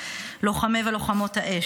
לוחמי ולוחמות האש,